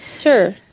Sure